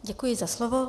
Děkuji za slovo.